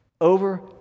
over